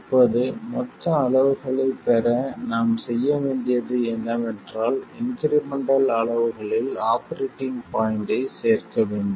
இப்போது மொத்த அளவுகளைப் பெற நாம் செய்ய வேண்டியது என்னவென்றால் இன்க்ரிமெண்டல் அளவுகளில் ஆபரேட்டிங் பாய்ண்ட்டைச் சேர்க்க வேண்டும்